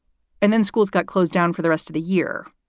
and then schools got closed down for the rest of the year.